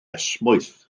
esmwyth